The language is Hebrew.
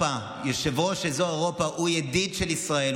יושב-ראש אזור אירופה הוא ידיד של ישראל,